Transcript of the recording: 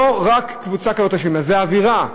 לא רק קבוצה כזאת אשמה, זאת האווירה.